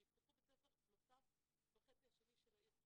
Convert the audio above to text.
שיפתחו בית ספר נוסף בחצי השני של העיר,